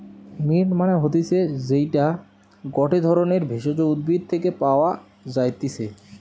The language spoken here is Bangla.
মিন্ট মানে হতিছে যেইটা গটে ধরণের ভেষজ উদ্ভিদ থেকে পাওয় যাই্তিছে